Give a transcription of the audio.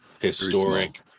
historic